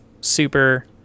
super